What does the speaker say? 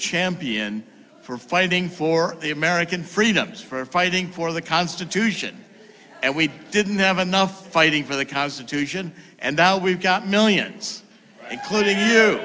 champion for fighting for the american freedoms for fighting for the constitution and we didn't have enough fighting for the constitution and now we've got millions including